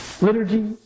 liturgy